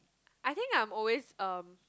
I think I'm always um